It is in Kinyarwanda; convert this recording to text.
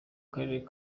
karere